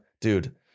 Dude